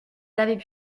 avaient